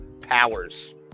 powers